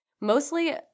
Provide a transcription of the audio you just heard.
mostly